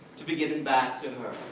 to be given back to her.